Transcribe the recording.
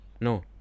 No